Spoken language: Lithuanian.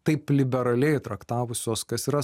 taip liberaliai traktavusios kas yra